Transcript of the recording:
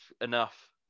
enough